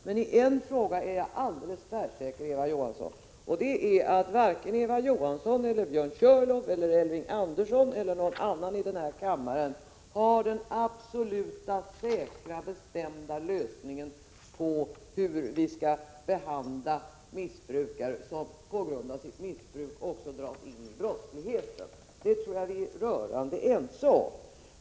Menii en fråga är jag alldeles tvärsäker, Eva Johansson, och det är att varken Eva Johansson, Björn Körlof, Elving Andersson eller någon annan i den här kammaren har den absolut säkra och bestämda lösningen på hur vi skall behandla missbrukare som på grund av sitt missbruk också dras in i brottslighet. Det tror jag att vi är rörande ense om.